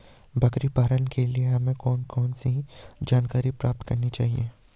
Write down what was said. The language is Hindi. बकरी पालन के लिए हमें कौन कौन सी जानकारियां प्राप्त करनी चाहिए?